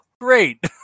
great